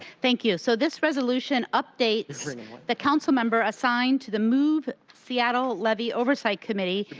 thank you. so this resolution updates the councilmember assigned to the move seattle levy oversight committee,